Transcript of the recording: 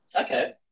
Okay